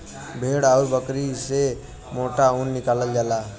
भेड़ आउर बकरी से मोटा ऊन निकालल जाला